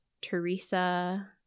Teresa